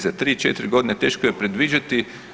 Za 3, 4 godine teško je predviđati.